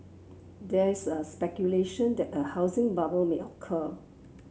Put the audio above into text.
there is a speculation that a housing bubble may occur